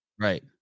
Right